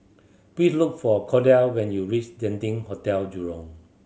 please look for Cordell when you reach Genting Hotel Jurong